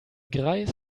greis